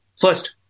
first